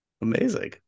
Amazing